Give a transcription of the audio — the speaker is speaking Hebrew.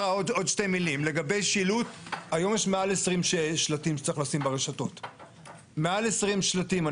שגם השלט הזה בסופו של דבר מטרתו העיקרית היתה להרגיל את